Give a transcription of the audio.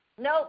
No